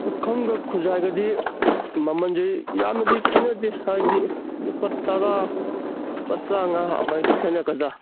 ꯄꯨꯈꯝꯒ ꯈꯨꯖꯥꯏꯒꯗꯤ ꯃꯃꯟꯁꯦ ꯌꯥꯝꯅꯗꯤ ꯈꯦꯠꯅꯗꯦ ꯍꯥꯏꯗꯤ ꯂꯨꯄꯥ ꯇꯔꯥ ꯂꯨꯄꯥ ꯇꯔꯥꯃꯉꯥ ꯑꯃꯥꯏꯅ ꯈꯦꯠꯅꯔꯛꯀꯗ꯭ꯔꯥ